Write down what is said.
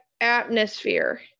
atmosphere